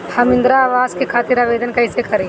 हम इंद्रा अवास के खातिर आवेदन कइसे करी?